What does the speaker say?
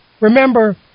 remember